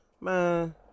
Man